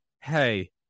hey